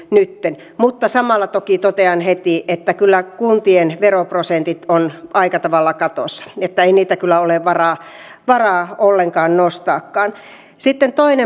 niiden aluetaloudelliset merkitykset ovat niin suuria että olisi suomen kaltaisen maan kannalta kyllä erittäin hölmöä politiikkaa alkaa niistä säästämään